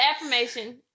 affirmation